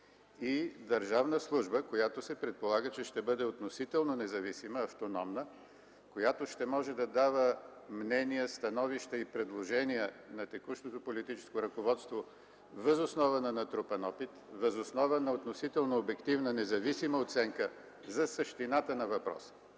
и държавна служба, за която се предполага, че ще бъде относително независима, автономна, която ще може да дава мнения, становища и предложения на текущото политическо ръководство въз основа на натрупан опит, въз основа на относително независима оценка за същината на въпроса.